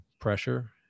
pressure